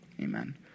Amen